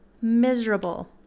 miserable